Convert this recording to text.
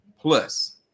Plus